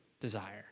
desire